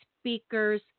speaker's